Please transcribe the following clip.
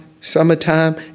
summertime